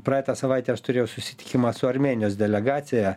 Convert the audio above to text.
praeitą savaitę aš turėjau susitikimą su armėnijos delegacija